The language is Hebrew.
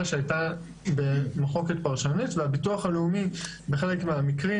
שהייתה במחלוקת פרשנית והביטוח הלאומי בחלק מהמקרים